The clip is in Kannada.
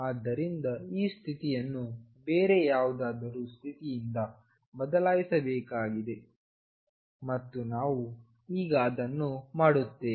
ಆದ್ದರಿಂದ ಈ ಸ್ಥಿತಿಯನ್ನು ಬೇರೆ ಯಾವುದಾದರೂ ಸ್ಥಿತಿಯಿಂದ ಬದಲಾಯಿಸಬೇಕಾಗಿದೆ ಮತ್ತು ನಾವು ಈಗ ಅದನ್ನು ಮಾಡುತ್ತೇವೆ